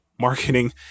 marketing